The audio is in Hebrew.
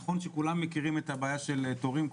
נכון שכולם מכירים את הבעיה של תורים,